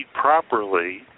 properly